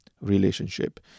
relationship